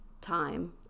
time